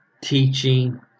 teaching